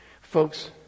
Folks